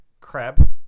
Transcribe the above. crab